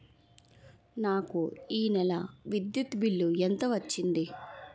నాకు ఈ నెల విద్యుత్ బిల్లు ఎంత వచ్చింది?